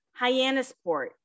Hyannisport